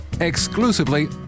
exclusively